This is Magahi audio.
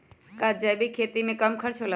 का जैविक खेती में कम खर्च होला?